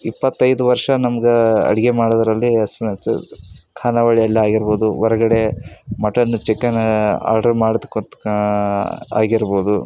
ಇಪ್ಪತ್ತೈದು ವರ್ಷ ನಮ್ಗೆ ಅಡುಗೆ ಮಾಡೋದರಲ್ಲಿ ಎಸ್ಪಿರಿಯೆನ್ಸ್ ಖಾನವಳಿಯಲ್ಲಿ ಆಗಿರ್ಬೋದು ಹೊರಗಡೆ ಮಟನ್ ಚಿಕನ್ ಆರ್ಡ್ರ್ ಮಾಡ್ತಕೊತ್ಕ ಆಗಿರ್ಬೋದು